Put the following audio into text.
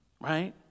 right